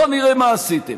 בואו נראה מה עשיתם?